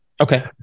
okay